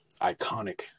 iconic